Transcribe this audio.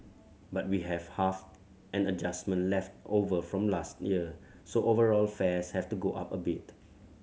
but we have half an adjustment left over from last year so overall fares have to go up a bit